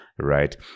Right